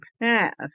path